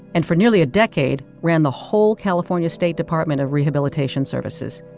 and for nearly a decade ran the whole california state department of rehabilitation services.